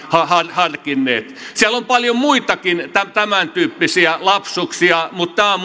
harkinneet siellä on paljon muitakin tämäntyyppisiä lapsuksia mutta tämä on